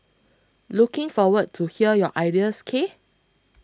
looking forward to hear your ideas K